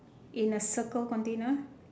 in a circle container